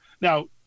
now